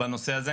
בנושא הזה.